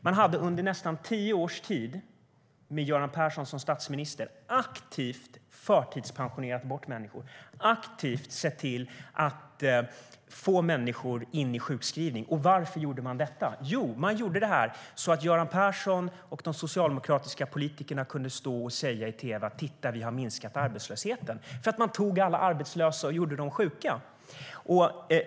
Man hade under nästan tio års tid med Göran Persson som statsminister aktivt förtidspensionerat bort människor och aktivt sett till att få människor in i sjukskrivning. Varför gjorde man detta? Jo, man gjorde det så att Göran Persson och de socialdemokratiska politikerna kunde stå och säga i tv: Titta, vi har minskat arbetslösheten. Man tog alla arbetslösa och gjorde dem sjuka.